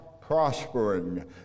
prospering